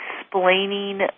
explaining